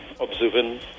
observing